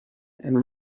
and